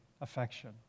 affection